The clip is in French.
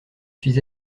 suis